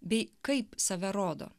bei kaip save rodo